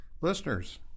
Listeners